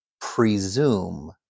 presume